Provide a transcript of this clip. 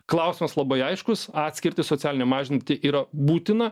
klausimas labai aiškus atskirtį socialinę mažinti yra būtina